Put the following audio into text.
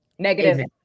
negative